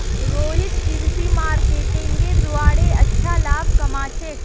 रोहित कृषि मार्केटिंगेर द्वारे अच्छा लाभ कमा छेक